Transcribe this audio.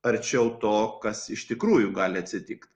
arčiau to kas iš tikrųjų gali atsitikt